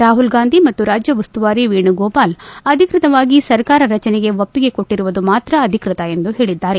ರಾಹುಲ್ ಗಾಂಧಿ ಮತ್ತು ರಾಜ್ಯ ಉಸ್ತುವಾರಿ ವೇಣುಗೋಪಾಲ್ ಅಧಿಕೃತವಾಗಿ ಸರ್ಕಾರ ರಚನೆಗೆ ಒಪ್ಪಿಗೆ ಕೊಟ್ಟರುವುದು ಮಾತ್ರ ಅಧಿಕೃತ ಎಂದು ಹೇಳಿದ್ದಾರೆ